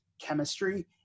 chemistry